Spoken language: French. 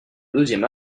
deuxième